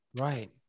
Right